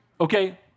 Okay